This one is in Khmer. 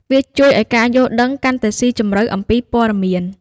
វាជួយឱ្យការយល់ដឹងកាន់តែស៊ីជម្រៅអំពីព័ត៌មាន។